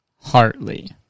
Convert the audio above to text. Hartley